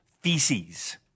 feces